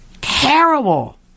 Terrible